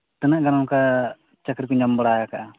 ᱛᱤᱱᱟᱹᱜ ᱜᱟᱱ ᱚᱱᱠᱟ ᱪᱟᱹᱠᱨᱤ ᱠᱚ ᱧᱟᱢ ᱵᱟᱲᱟ ᱟᱠᱟᱫᱼᱟ